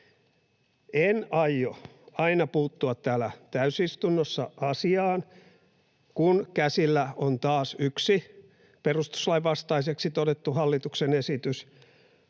En aio aina puuttua täällä täysistunnossa asiaan, kun käsillä on taas yksi perustuslain vastaiseksi todettu hallituksen esitys,